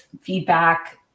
feedback